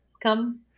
come